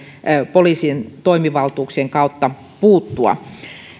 poliisin toimivaltuuksien kautta puuttua